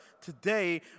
today